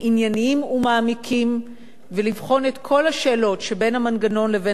ומעמיקים ולבחון את כל השאלות שבין המנגנון לבין המטרה,